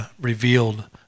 revealed